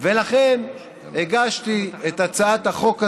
ולכן הגשתי את הצעת החוק הזאת,